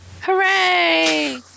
Hooray